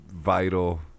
vital